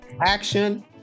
action